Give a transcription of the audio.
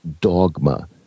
dogma